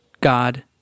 God